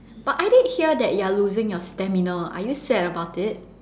but I did hear that you are losing your stamina are you sad about it